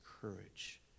courage